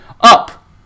Up